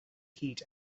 heat